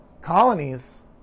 Colonies